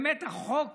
באמת החוק